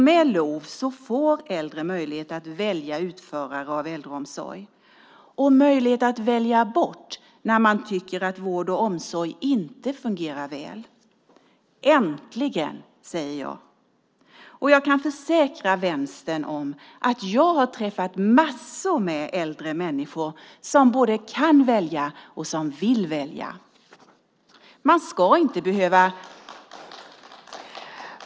Med LOV får äldre möjlighet att välja utförare av äldreomsorg och möjlighet att välja bort när man tycker att vård och omsorg inte fungerar väl. Äntligen, säger jag. Jag kan försäkra vänstern om att jag har träffat en massa äldre människor som både kan välja och vill välja.